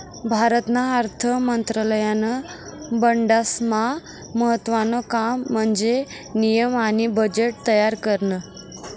भारतना अर्थ मंत्रालयानं बठ्ठास्मा महत्त्वानं काम म्हन्जे नियम आणि बजेट तयार करनं